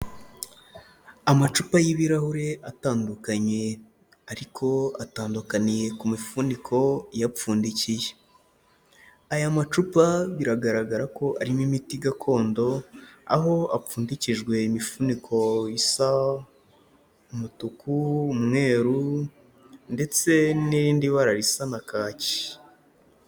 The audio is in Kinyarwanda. Amacupa y'ibirahure atandukanye, ariko atandukaniye ku mifuniko iyapfundikiye, aya macupa biragaragara ko arimo imiti gakondo, aho apfundikijwe imifuniko isa umutuku, umweru, ndetse n'irindi bara risa na kaki.